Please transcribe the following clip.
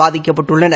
பாதிக்கப்பட்டுள்ளனர்